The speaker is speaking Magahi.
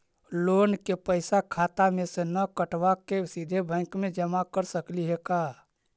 लोन के पैसा खाता मे से न कटवा के सिधे बैंक में जमा कर सकली हे का?